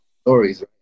stories